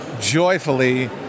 joyfully